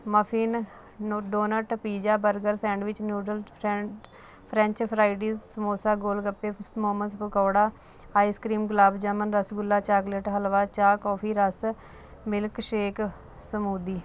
muffin donut pizza burger sandwich noodle friend french fries samosa golgappe momos pakora ice cream gulab jamun rasgulla chocolate halwa ਚਾਹ coffee ਰਸ milk shake smoothie